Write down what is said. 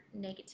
negativity